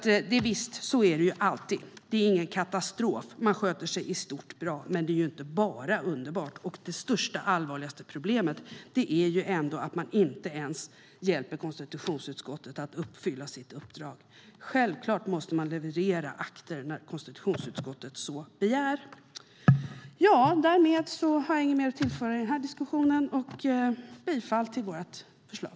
Så är det alltid. Det är ingen katastrof. Regeringen sköter sig i stort bra. Men det är inte bara underbart, och det största och allvarligaste problemet är att man inte ens hjälper konstitutionsutskottet att uppfylla sitt uppdrag. Självfallet måste regeringen leverera akter när konstitutionsutskottet så begär. Därmed har jag inget mer att tillföra i den här diskussionen. Jag yrkar på godkännande av utskottets anmälan.